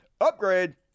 Upgrade